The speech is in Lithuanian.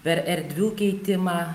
per erdvių keitimą